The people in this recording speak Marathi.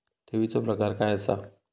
ठेवीचो प्रकार काय असा?